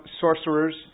sorcerers